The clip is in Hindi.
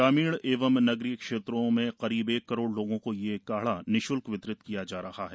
ग्रामीण एवं नगरीय क्षेत्रों में करीब एक करोड़ लोगों को ये काढ़ा निश्ल्क वितरित किया जा रहा है